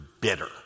bitter